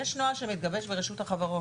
יש נוהל שמתגבש ברשות החברות.